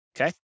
Okay